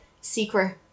secret